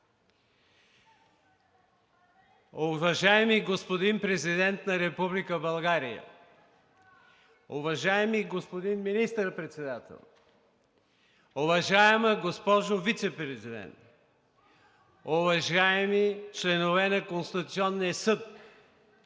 Уважаеми господин Президент на Република България, уважаеми господин Министър-председател, уважаема госпожо Вицепрезидент, уважаеми членове на Конституционния съд,